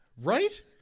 Right